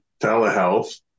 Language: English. telehealth